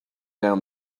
down